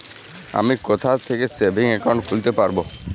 আমি কোথায় থেকে সেভিংস একাউন্ট খুলতে পারবো?